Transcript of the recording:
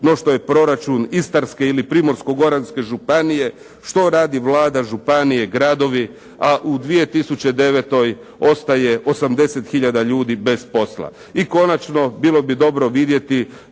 no što je proračun Istarske ili Primorsko-goranske županije, što radi Vlada, županije, gradovi, a u 2009. ostaje 80 hiljada ljudi bez posla. I konačno, bilo bi dobro vidjeti